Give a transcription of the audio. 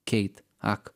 keit ak